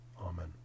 Amen